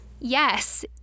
Yes